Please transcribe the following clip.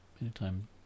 anytime